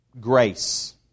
Grace